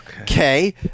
Okay